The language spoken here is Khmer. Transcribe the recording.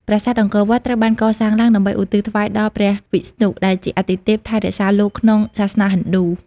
ប្រាសាទអង្គរវត្ត ត្រូវបានកសាងឡើងដើម្បីឧទ្ទិសថ្វាយដល់ព្រះវិស្ណុ ដែលជាអាទិទេពថែរក្សាលោកក្នុងសាសនាហិណ្ឌូ។